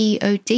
POD